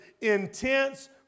intense